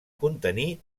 contenir